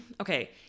okay